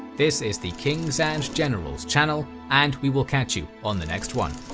this is the kings and generals channel, and we will catch you on the next one.